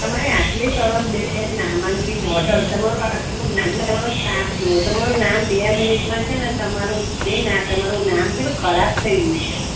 તમારે આટલી સરસ બેન નામાંકિત હોટલ તમારું આટલું નામ ને તમારો સ્ટાફ જુઓ તમારું નામ બે મિનિટમાં છે ને તમારું બેન આ તમારું નામ છે ને ખરાબ થઈ રહ્યું છે